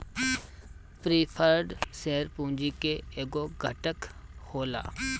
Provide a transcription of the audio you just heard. preferred share पूंजी के एगो घटक होला